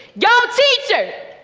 yo, teacher!